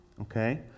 okay